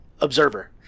observer